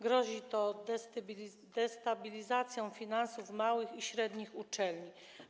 Grozi to destabilizacją finansów małych i średnich uczelni.